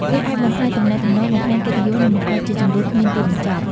វាអាចបំផ្លាញទំនាក់ទំនង បំផ្លាញកិត្តិយស និងបង្កជាជម្លោះគ្មានទីបញ្ចប់។